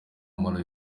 malawi